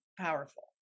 powerful